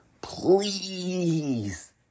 please